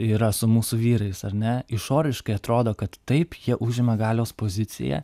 yra su mūsų vyrais ar ne išoriškai atrodo kad taip jie užima galios poziciją